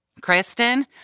Kristen